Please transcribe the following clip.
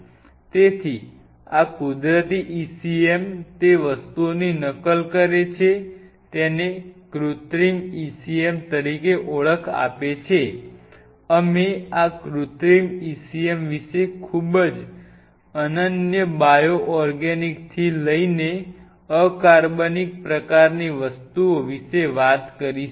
તેથી આ કુદરતી ECM તે વસ્તુઓની નકલ કરે છે તેને કૃત્રિમ ECM તરીકે ઓળખ આપે છે અમે આ કૃત્રિમ ECM વિશે ખૂબ જ અનન્ય બાયો ઓર્ગેનિકથી લઈને અકાર્બનિક પ્રકારની વસ્તુઓ વિશે વાત કરીશું